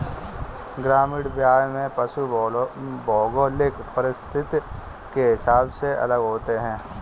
ग्रामीण काव्य में पशु भौगोलिक परिस्थिति के हिसाब से अलग होते हैं